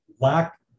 lack